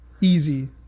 Easy